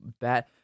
bad